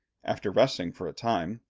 after resting for a time,